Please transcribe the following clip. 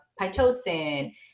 pitocin